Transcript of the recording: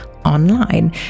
Online